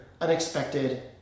unexpected